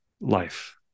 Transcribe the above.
life